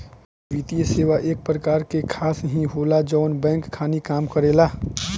वित्तीये सेवा एक प्रकार के शाखा ही होला जवन बैंक खानी काम करेला